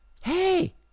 Hey